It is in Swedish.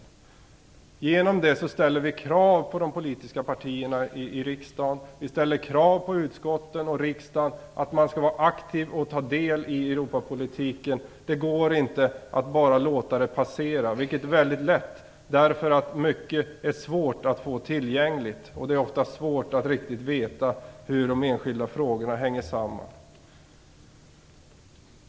Därigenom ställer vi krav på de olika partierna i riksdagen, på utskotten och på riksdagen i dess helhet att vara aktiva och ta del av politiken. Det går inte att bara låta ärendena passera, vilket annars är lätt hänt; mycket är svårtillgängligt, och det är ofta svårt att riktigt veta hur de olika frågorna hänger samman.